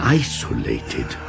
isolated